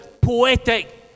poetic